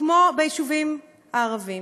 כמו ביישובים הערביים,